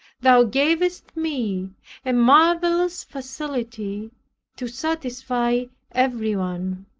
thou gavest me a marvelous facility to satisfy everyone.